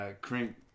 cream